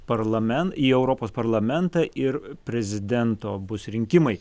parlamen į europos parlamentą ir prezidento bus rinkimai